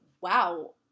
wow